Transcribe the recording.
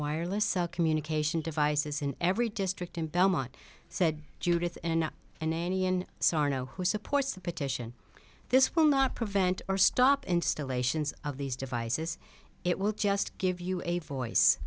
wireless communication devices in every district in belmont said judith and any in sarno who supports the petition this will not prevent or stop installations of these devices it will just give you a voice